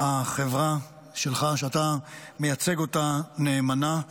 החברה שלך, שאתה מייצג אותה נאמנה,